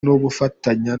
n’ubufatanye